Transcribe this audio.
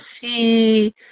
see